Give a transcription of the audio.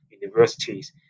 universities